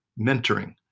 mentoring